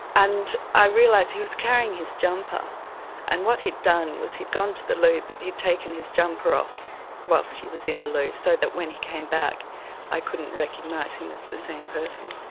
and i realised he was carrying his jumper and what he'd done was he'd gone to the loo but he'd taken his jumper off whilst he was in the loo so that when he came back i couldn't recognise him as the same person.